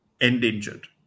endangered